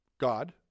God